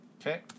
Okay